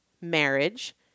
marriage